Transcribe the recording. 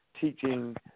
teaching